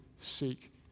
seek